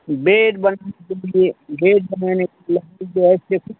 bed बनाने के लिए बेड बनाने के लिए जो है